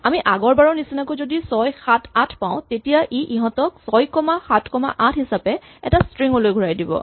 আমি আগৰবাৰৰ নিচিনাকৈ যদি ৬৭৮ পাওঁ তেতিয়া ই ইহঁতক ৬ কমা ৭ কমা ৮ কমা হিচাপে এটা স্ট্ৰিং লৈ ঘূৰাই দিব